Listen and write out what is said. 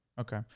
Okay